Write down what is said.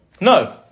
No